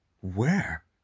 Where